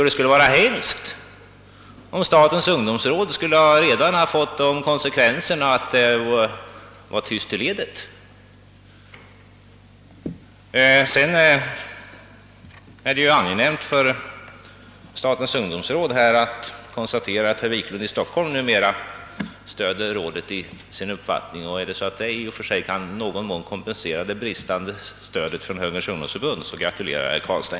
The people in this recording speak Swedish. Det skulle vara förskräckligt, om enbart existensen av ett statens ungdomsråd får till konsekvens att det blir tyst i ledet. För statens ungdomsråd bör det vara angenämt att konstatera att herr Wiklund i Stockholm numera stöder rådet, och om detta i någon mån kan kompensera det bristande stödet från Högerns ungdomsförbund, gratulerar jag herr Carlstein.